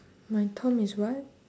my tom is what